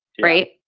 right